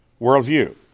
worldview